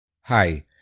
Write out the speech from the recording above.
Hi